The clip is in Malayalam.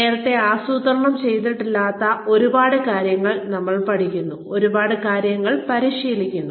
നേരത്തെ ആസൂത്രണം ചെയ്തിട്ടില്ലാത്ത ഒരുപാട് കാര്യങ്ങൾ നമ്മൾ പഠിക്കുന്നു ഒരുപാട് കാര്യങ്ങൾ പരിശീലിക്കുന്നു